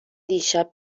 دیشب